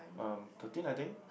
um thirteen I think